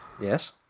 Yes